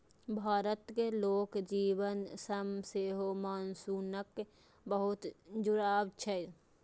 भारतक लोक जीवन सं सेहो मानसूनक बहुत जुड़ाव छै